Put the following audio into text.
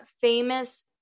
famous